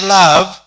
love